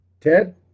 Ted